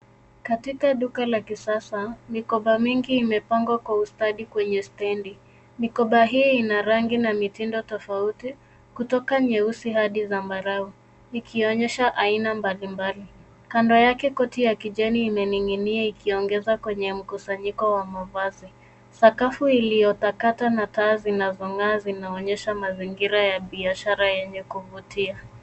Katika duka la kisasa mikoba mingi imepangwa kwa ustadi kwenye stendi, mikoba hii ina rangi na mitindo tafauti, kutoka nyeusi hadi sambarau ikionyesha mbali mbali, kando yake koti ya kijani imeningini'nia ikiongoza kwenye mkusanyiko wa mavasi. sakafu iliotakata na taa zinazongaa zinaonyesha mazingira ya biashara enye kuvutia.